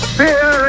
fear